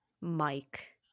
Mike